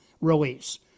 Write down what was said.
release